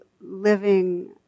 living